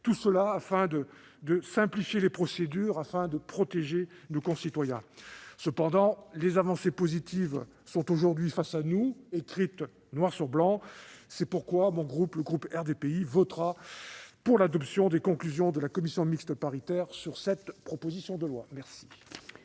l'avenir, de simplifier les procédures et de protéger nos concitoyens. Cependant, des avancées positives sont aujourd'hui face à nous, écrites noir sur blanc. C'est pourquoi le groupe RDPI votera pour l'adoption des conclusions de la commission mixte paritaire sur cette proposition de loi. La